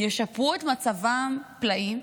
שישפרו את מצבם פלאים,